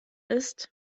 ist